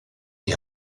die